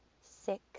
six